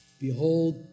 Behold